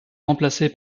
remplacé